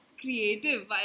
creative